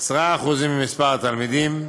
%10 ממספר התלמידים,